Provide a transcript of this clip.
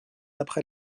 après